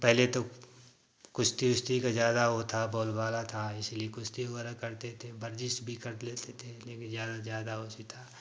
पहले तो कुश्ती उश्ती का ज़्यादा वो था बोलबाला था इसीलिए कुश्ती वगैरह करते थे बर्जीश भी कर लेते थे लेकिन ज़्यादा से ज़्यादा था